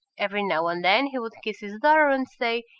every now and then he would kiss his daughter, and say,